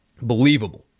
believable